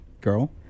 girl